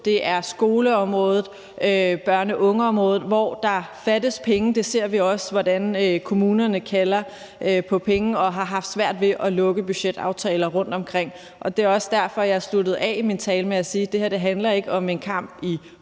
skoleområdet og børne- og ungeområdet – hvor der fattes penge. Vi ser også, hvordan kommunerne kalder på penge og har haft svært ved at lukke budgetaftaler rundtomkring. Det er også derfor, jeg sluttede af i min tale med at sige, at det her ikke handler om en kamp